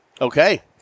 Okay